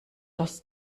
das